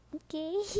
okay